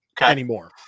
Anymore